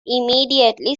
immediately